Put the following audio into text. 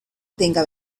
tenga